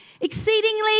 Exceedingly